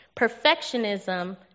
Perfectionism